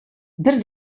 бер